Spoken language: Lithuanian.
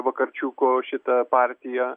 vakarčiuko šita partija